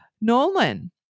Nolan